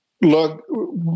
look